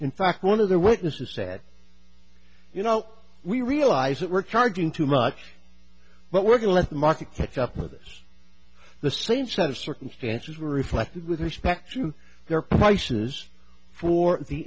in fact one of the witness who said you know we realize that we're charging too much but we're going let the market catch up with us the same set of circumstances were reflected with respect to their prices for the